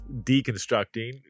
deconstructing